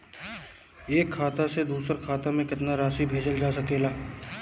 एक खाता से दूसर खाता में केतना राशि भेजल जा सके ला?